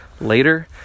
later